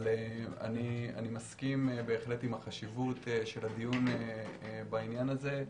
אני מסכים בהחלט עם החשיבות של הדיון בעניין הזה,